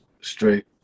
straight